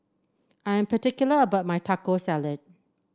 I am particular about my Taco Salad